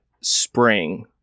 spring